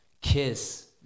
Kiss